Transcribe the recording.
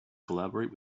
collaborate